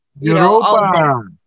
Europa